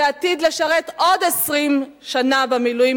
ועתיד לשרת עוד 20 שנה במילואים,